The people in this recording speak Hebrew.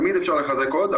תמיד אפשר לחזק עוד,